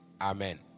amen